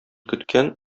көткән